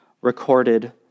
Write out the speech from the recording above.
recorded